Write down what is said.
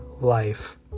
life